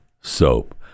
soap